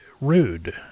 rude